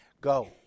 Go